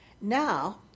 Now